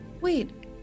Wait